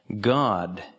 God